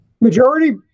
majority